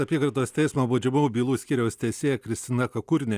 apygardos teismo baudžiamųjų bylų skyriaus teisėja kristina kakurinė